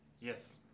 Yes